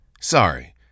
Sorry